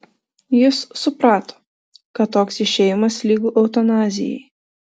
jis suprato kad toks išėjimas lygu eutanazijai